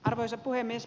arvoisa puhemies